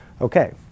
Okay